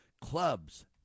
clubs